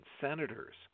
senators